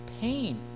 pain